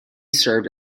served